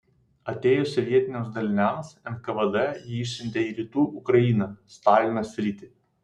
atėjus sovietiniams daliniams nkvd jį išsiuntė į rytų ukrainą stalino sritį